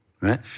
right